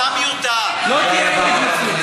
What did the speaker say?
לא מגיעות לו שלוש דקות,